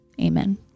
Amen